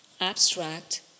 abstract